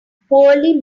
poorly